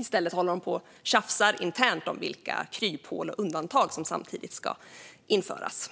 I stället håller de på och tjafsar internt om vilka kryphål och undantag som samtidigt ska införas.